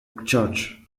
church